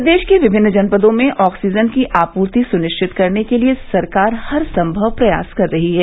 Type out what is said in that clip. प्रदेश के विभिन्न जनपदो में ऑक्सीजन की आपूर्ति सुनिश्चित करने के लिये सरकार हर सम्भव प्रयास कर रही है